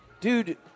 dude